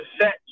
set